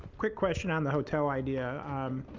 quick question on the hotel idea.